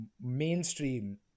mainstream